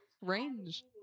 Range